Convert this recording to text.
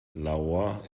lahore